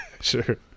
Sure